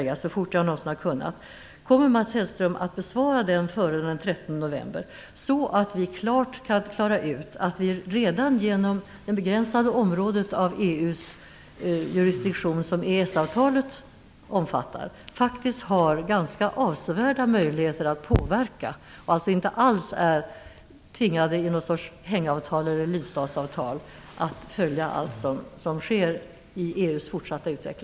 Min fråga till Mats Hellström är: Kommer Mats Hellström att besvara min interpellation före den 13 november, så att vi kan klara ut att vi redan genom det begränsade område av EU:s jurisdiktion som EES-avtalet omfattar faktiskt har ganska avsevärda möjligheter att påverka? Vi är ju inte alls tvingade att följa allt som sker i EU:s fortsatta utveckling genom något sorts hängavtal eller lydstatsavtal.